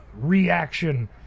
reaction